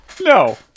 No